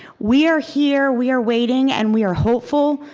we are here, we are waiting, and we are hopeful,